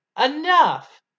Enough